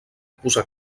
posar